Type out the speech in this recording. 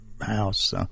house